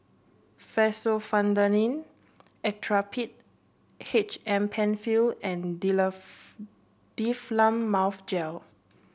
Fexofenadine Actrapid H M Penfill and Difflam Mouth Gel